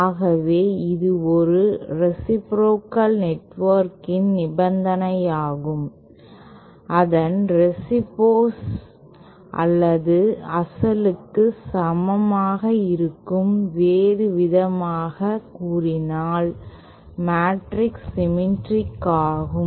ஆகவே இது ஒரு ரேசிப்ரோகல் நெட்வொர்க்கின் நிபந்தனையாகும் அதன் டிரான்ஸ்போஸ் அதன் அசலுக்கு சமமாக இருக்கும் வேறுவிதமாகக் கூறினால் மேட்ரிக்ஸ் சிம்மேற்றிக் ஆகும்